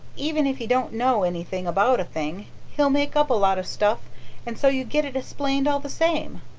even if he don't know anything about a thing he'll make up a lot of stuff and so you get it esplained all the same.